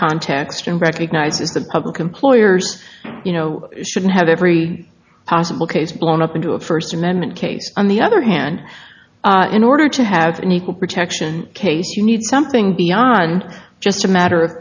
context and recognizes that public employers you know shouldn't have every possible case blown up into a first amendment case on the other hand in order to have an equal protection case you need something beyond just a matter of